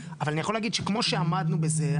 אבל אני יכול להגיד שכמו שעמדנו בזה,